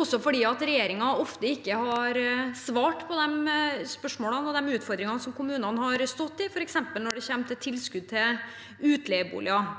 også fordi regjeringen ofte ikke har svart på de spørsmålene og de utfordringene som kommunene har stått i, f.eks. når det gjelder tilskudd til utleieboliger.